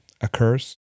occurs